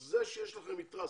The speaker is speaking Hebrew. אז זה שיש לכם יתרה,